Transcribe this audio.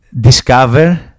discover